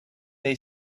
they